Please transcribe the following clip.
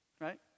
Right